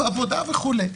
עבודה וכולי.